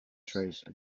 trace